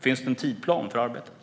Finns det någon tidsplan för arbetet?